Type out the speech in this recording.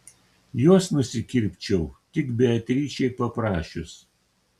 juos nusikirpčiau tik beatričei paprašius